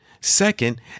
Second